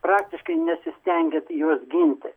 praktiškai nesistengiat jos ginti